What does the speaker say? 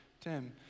Tim